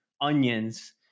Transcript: onions